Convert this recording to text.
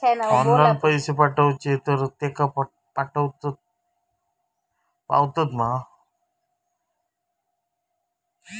Online पैसे पाठवचे तर तेका पावतत मा?